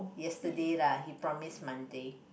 yesterday lah he promise Monday